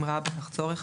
אם ראה בכך צורך,